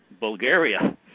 Bulgaria